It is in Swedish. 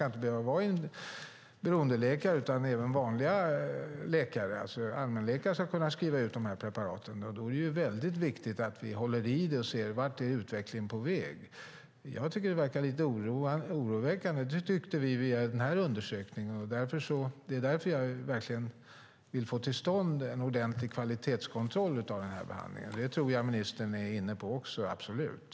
Inte bara beroendeläkare utan även vanliga allmänläkare ska kunna skriva ut dessa preparat. Då är det viktigt att se vart utvecklingen är på väg. Av den här undersökningen verkar det lite oroväckande. Det är därför jag verkligen vill få till stånd en ordentlig kvalitetskontroll av behandlingen. Det tror jag absolut att ministern är inne på.